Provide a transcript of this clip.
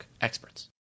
experts